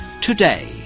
Today